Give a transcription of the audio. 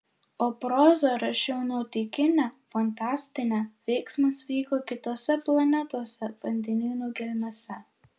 o prozą rašiau nuotykinę fantastinę veiksmas vyko kitose planetose vandenynų gelmėse